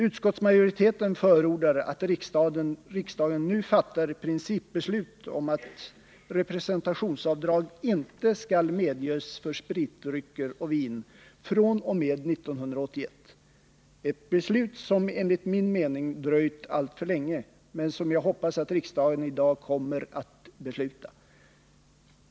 Utskottsmajoriteten förordar att riksdagen nu fattar principbeslut om att representationsavdrag inte skall medges för spritdrycker och vin fr.o.m. år 1981, ett beslut som enligt min mening dröjt alltför länge, men som jag hoppas att riksdagen i dag kommer att ta.